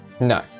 No